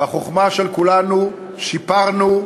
בחוכמה של כולנו שיפרנו,